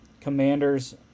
Commanders